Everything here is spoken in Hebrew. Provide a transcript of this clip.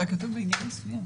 תאורטית זה אפשרי,